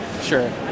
sure